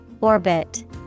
Orbit